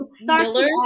Miller